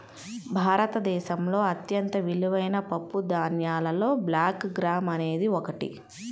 భారతదేశంలో అత్యంత విలువైన పప్పుధాన్యాలలో బ్లాక్ గ్రామ్ అనేది ఒకటి